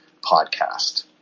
podcast